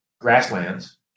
grasslands